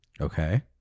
Okay